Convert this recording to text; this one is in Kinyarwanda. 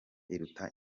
iruta